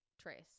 Trace